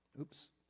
oops